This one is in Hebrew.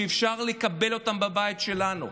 שאפשר לקבל אותם בבית שלנו,